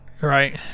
Right